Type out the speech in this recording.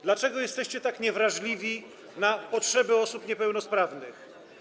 Dlaczego jesteście tak niewrażliwi na potrzeby osób niepełnosprawnych?